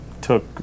took